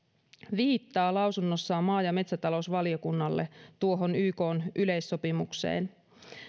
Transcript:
viittaa lausunnossaan maa ja metsätalousvaliokunnalle tuohon ykn yleissopimukseen